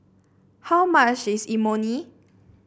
how much is Imoni